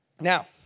Now